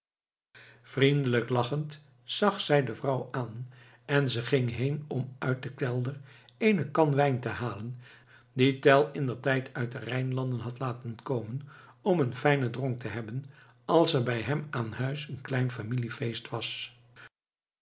vriendelijk lachend zag zij de vrouw aan en ze ging heen om uit den kelder eene kan wijn te halen dien tell indertijd uit de rijnlanden had laten komen om een fijnen dronk te hebben als er bij hem aan huis een klein familie feest was